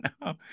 No